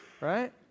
right